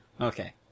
Okay